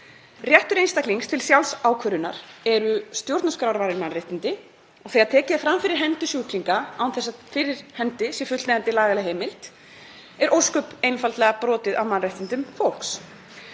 Réttur einstaklings til sjálfsákvörðunar eru stjórnarskrárvarin mannréttindi og þegar tekið er fram fyrir hendur sjúklinga án þess að fyrir hendi sé fullnægjandi lagaleg heimild er ósköp einfaldlega brotið á mannréttindum fólks.